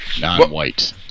non-white